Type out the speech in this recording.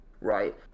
right